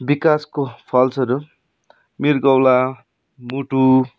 विकासको फलस्वरूप मृगौला मुटु